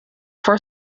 for